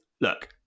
look